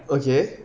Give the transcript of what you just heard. okay